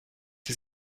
sie